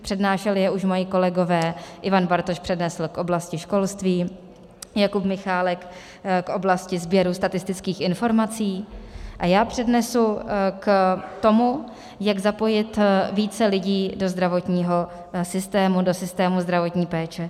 Přednášeli je už moji kolegové, Ivan Bartoš přednesl k oblasti školství, Jakub Michálek k oblasti sběru statistických informací a já přednesu k tomu, jak zapojit více lidí do zdravotního systému, do systému zdravotní péče.